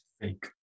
fake